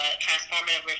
transformative